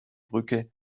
brücke